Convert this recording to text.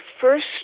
first